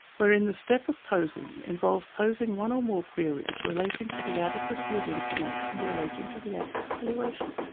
wherein the step of posing involves posing one or more queries relating to the adequacy of information relating to the asset valuation.